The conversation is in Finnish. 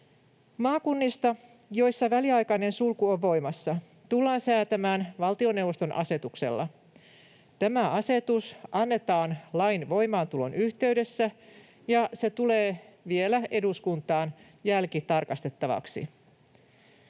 Maakunnista, joissa väliaikainen sulku on voimassa, tullaan säätämään valtioneuvoston asetuksella. Tämä asetus annetaan lain voimaantulon yhteydessä, ja se tulee vielä eduskuntaan jälkitarkastettavaksi.